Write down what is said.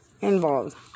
involved